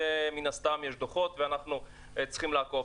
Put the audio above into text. מן הסתם יש דוחות ואנחנו צריכים לעקוב.